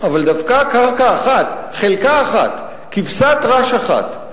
אבל דווקא קרקע אחת, חלקה אחת, כבשת רש אחת,